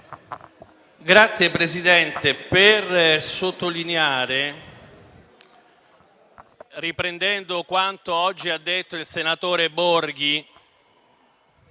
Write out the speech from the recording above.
intervengo per sottolineare, riprendendo quanto oggi ha detto il senatore Borghi